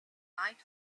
night